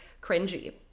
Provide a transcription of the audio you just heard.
cringy